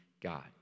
God